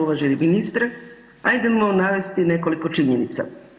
Uvaženi ministre, ajdemo navesti nekoliko činjenica.